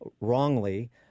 wrongly